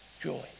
joy